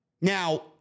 Now